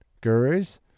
gurus